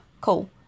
cool